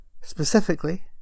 specifically